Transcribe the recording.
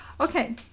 Okay